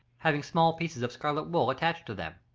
having small pieces of scarlet wool attached to them.